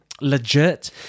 legit